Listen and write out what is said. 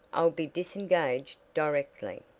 i'll be disengaged directly.